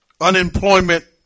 Unemployment